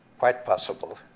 quite possible.